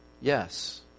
yes